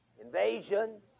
invasion